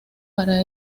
para